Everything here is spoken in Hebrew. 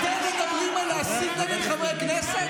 אתם מדברים על להסית נגד חברי הכנסת?